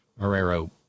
Marrero